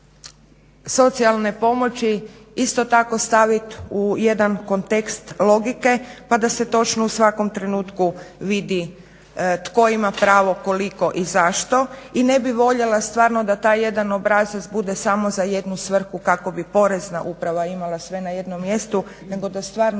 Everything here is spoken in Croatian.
socijalne pomoći isto tako stavit u jedan kontekst logike, pa da se točno u svakom trenutku vidi tko ima pravo, koliko i zašto. I ne bih voljela stvarno da taj jedan obrazac bude samo za jednu svrhu kako bi Porezna uprava imala sve na jednom mjestu, nego da stvarno